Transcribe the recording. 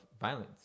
violence